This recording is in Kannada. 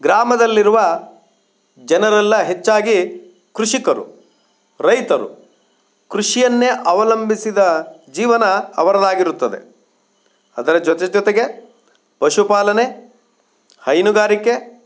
ಗ್ರಾಮದಲ್ಲಿರುವ ಜನರೆಲ್ಲ ಹೆಚ್ಚಾಗಿ ಕೃಷಿಕರು ರೈತರು ಕೃಷಿಯನ್ನೇ ಅವಲಂಬಿಸಿದ ಜೀವನ ಅವರದ್ದಾಗಿರುತ್ತದೆ ಅದರ ಜೊತೆ ಜೊತೆಗೆ ಪಶುಪಾಲನೆ ಹೈನುಗಾರಿಕೆ